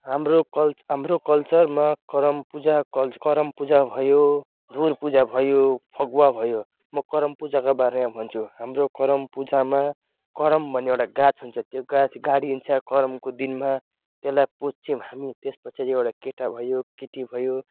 हाम्रो कल हाम्रो कल्चरमा करम पूजा कल्च करम पूजा भयो धुर पूजा भयो फगुवा भयो म करम पूजाको बारेमा भन्छु हाम्रो करम पूजामा करम भन्ने एउटा गाछ हुन्छ त्यो गाछ गाडिन्छ करमको दिनमा त्यसलाई पुज्छौँ हामी त्यसपछाडि एउटा केटा भयो केटी भयो